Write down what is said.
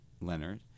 Leonard